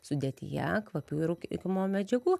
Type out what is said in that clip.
sudėtyje kvapiųjų rūkymo medžiagų